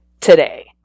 today